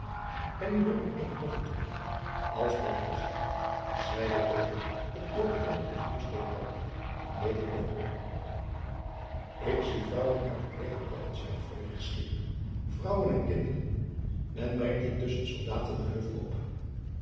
en nu hoor ik eene doffe trom als bij halsrecht zeide peter het oor tegen het vloersteen houdende om beter te hooren ik zie vrouwen uit het leger komen zeide feurich schielijk vrouwen en kinderen men brengt die tusschen soldaten den heuvel op